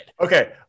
Okay